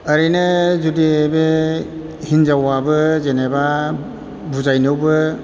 ओरैनो जुदि बे हिनजावआबो जेनेबा बुजायनायावबो